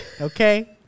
Okay